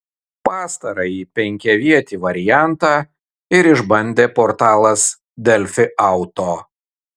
pastarąjį penkiavietį variantą ir išbandė portalas delfi auto